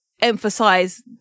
emphasize